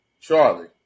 Charlie